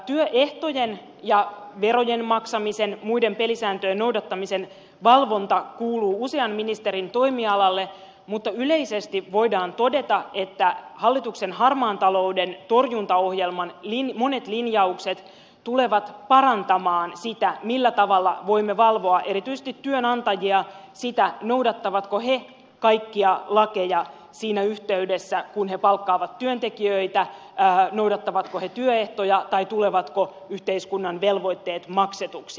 työehtojen ja verojen maksamisen muiden pelisääntöjen noudattamisen valvonta kuuluu usean ministerin toimialalle mutta yleisesti voidaan todeta että hallituksen harmaan talouden torjuntaohjelman monet linjaukset tulevat parantamaan sitä millä tavalla voimme valvoa erityisesti työnantajia sitä noudattavatko he kaikkia lakeja siinä yhteydessä kun he palkkaavat työntekijöitä noudattavatko he työehtoja tai tulevatko yhteiskunnan velvoitteet maksetuiksi